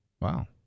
Wow